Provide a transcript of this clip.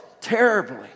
terribly